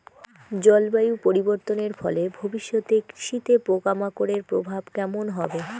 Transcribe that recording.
জলবায়ু পরিবর্তনের ফলে ভবিষ্যতে কৃষিতে পোকামাকড়ের প্রভাব কেমন হবে?